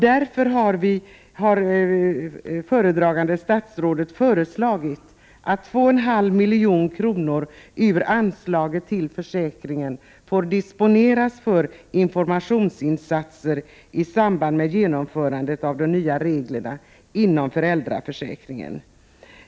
Därför har föredragande statsrådet föreslagit att 2,5 milj.kr. ur anslaget till försäkringen får disponeras för informationsinsatser i samband med genomförandet av de nya reglerna inom föräldraförsäkringen.